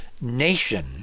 nation